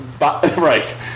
Right